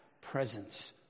presence